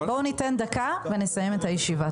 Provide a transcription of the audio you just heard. בואו ניתן דקה ונסיים את הישיבה.